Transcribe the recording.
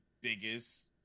biggest